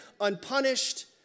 unpunished